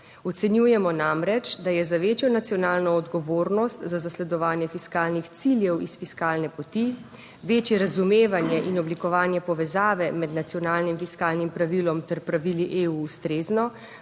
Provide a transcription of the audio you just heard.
Ocenjujemo namreč, da je za večjo nacionalno odgovornost za zasledovanje fiskalnih ciljev iz fiskalne poti večje razumevanje in oblikovanje povezave med nacionalnim fiskalnim pravilom ter pravili EU ustrezno,